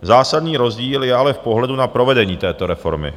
Zásadní rozdíl je ale v pohledu na provedení této reformy.